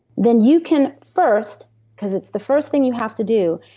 then you can, first because it's the first thing you have to do,